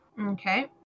Okay